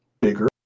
bigger